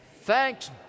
Thanks